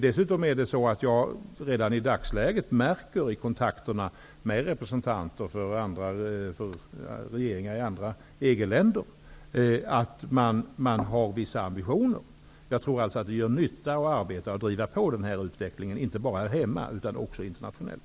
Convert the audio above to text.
Dessutom märker jag redan i dagsläget i kontakterna med representanter för regeringar i olika EG-länder att man där har vissa ambitioner. Jag tror alltså att det gör nytta att driva på utvecklingen inte bara hemma utan också internationellt.